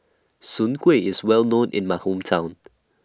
Soon Kueh IS Well known in My Hometown